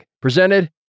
presented